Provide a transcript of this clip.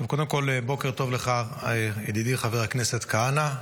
קודם כול, בוקר טוב לך, ידידי חבר הכנסת כהנא.